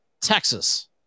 Texas